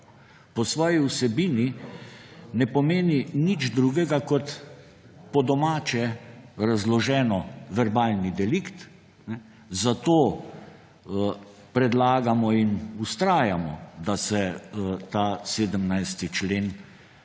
po svoji vsebini ne pomeni nič drugega kot, po domače razloženo, verbalni delikt, predlagamo in vztrajamo, da se ta 17. člen